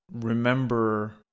remember